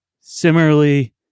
similarly